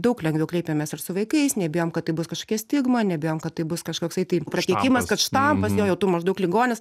daug lengviau kreipiamės ir su vaikais nebijom kad tai bus kažkokia stigma nebijom kad tai bus kažkoksai tai prakeikimas kad štampas jo jo jau tu maždaug ligonis